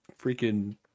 freaking